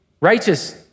righteous